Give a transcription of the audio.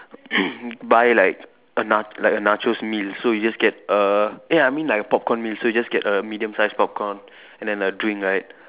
buy like a na like a nachos meal so you get a eh I mean like a popcorn meal so you just a medium sized popcorn and then a drink right